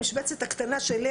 המשבצת הקטנה שלי,